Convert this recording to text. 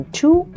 two